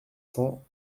cents